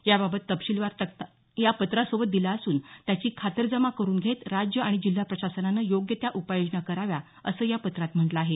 याबाबत तपशीलवार तक्ता या पत्रासोबत दिला असून त्याची खातरजमा करुन घेत राज्य आणि जिल्हा प्रशासनानं योग्य त्या उपाययोजना कराव्या असं या पत्रात म्हटलं आहे